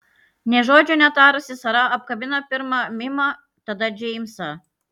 nė žodžio netarusi sara apkabino pirma mimą tada džeimsą